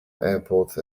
airport